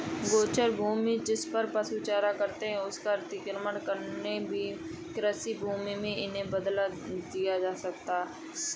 गोचर भूमि, जिसपर पशु चारा चरते हैं, उसका अतिक्रमण करके भी कृषिभूमि में उन्हें बदल दिया जा रहा है